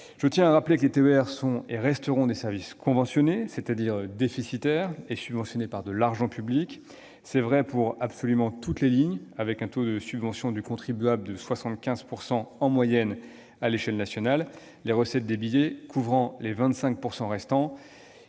Je tiens à rappeler que les TER sont et resteront des services conventionnés, c'est-à-dire déficitaires et subventionnés par de l'argent public. C'est vrai pour absolument toutes les lignes, avec un taux de subvention du contribuable de 75 % en moyenne à l'échelle nationale, les recettes des billets couvrant les 25 % restants,